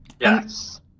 yes